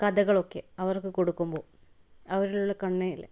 കഥകളൊക്കെ അവർക്ക് കൊടുക്കുമ്പോൾ അവരുടെ കണ്ണിൽ